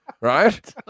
right